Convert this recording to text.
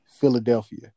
Philadelphia